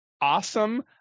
Awesome